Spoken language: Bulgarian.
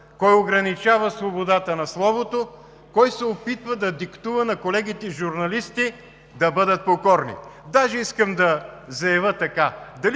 кой ограничава свободата на словото, кой се опитва да диктува на колегите журналисти да бъдат покорни? Искам да заявя така